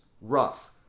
rough